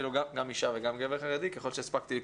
גם אישה וגם גבר חרדי היו.